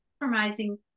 compromising